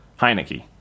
Heineke